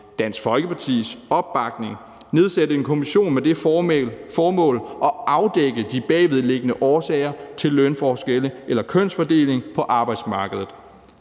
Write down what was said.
Dansk Folkepartis opbakning nedsætte en kommission med det formål at afdække de bagvedliggende årsager til lønforskellene eller kønsfordelingen på arbejdsmarkedet,